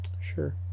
Sure